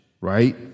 right